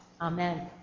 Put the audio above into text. Amen